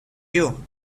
you